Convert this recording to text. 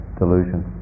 delusion